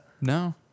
No